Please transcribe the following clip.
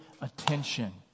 attention